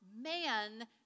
Man